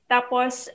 Tapos